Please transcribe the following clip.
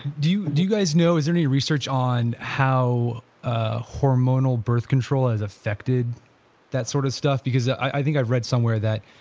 do you guys know is there any research on how hormonal birth control has affected that sort of stuff because i think i've read somewhere that